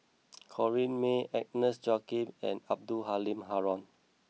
Corrinne May Agnes Joaquim and Abdul Halim Haron